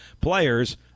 players